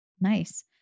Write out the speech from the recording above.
nice